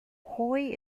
hoy